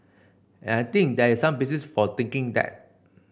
and I think there is some basis for thinking that